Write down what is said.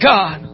God